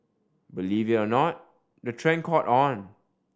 believe it or not the trend caught on